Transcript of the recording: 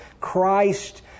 Christ